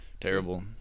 Terrible